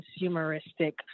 consumeristic